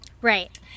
Right